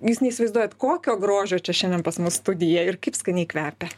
jūs neįsivaizduojat kokio grožio čia šiandien pas mus studija ir kaip skaniai kvepia